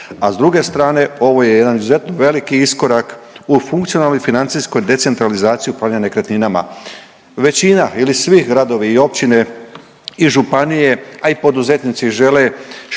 a s druge strane ovo je jedan izuzetno veliki iskorak u funkcionalnoj i financijskoj decentralizaciji upravljanja nekretninama. Većina ili svi gradovi i općine i županije, a i poduzetnici žele što